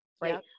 right